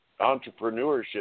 entrepreneurship